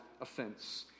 offense